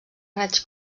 raigs